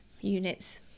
units